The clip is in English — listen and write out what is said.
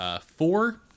four